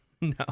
no